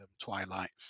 Twilight